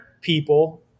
people